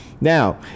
now